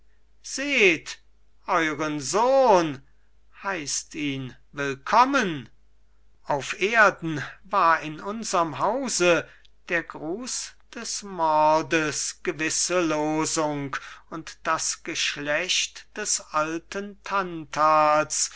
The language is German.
seht euern sohn heißt ihn willkommen auf erden war in unserm hause der gruß des mordes gewisse losung und das geschlect des alten